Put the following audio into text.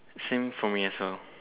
same for me as well